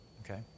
Okay